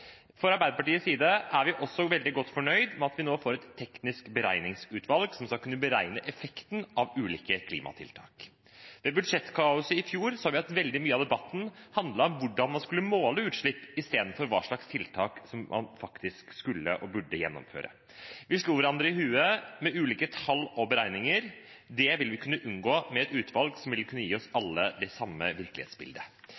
Arbeiderpartiets side er vi også veldig godt fornøyd med at vi nå får et teknisk beregningsutvalg som skal kunne beregne effekten av ulike klimatiltak. I budsjettkaoset i fjor så vi at mye av debatten handlet om hvordan man skulle måle utslipp, i stedet for om hva slags tiltak man faktisk skulle og burde gjennomføre. Vi slo hverandre i hodet med ulike tall og beregninger. Det vil vi kunne unngå med et utvalg som vil kunne gi oss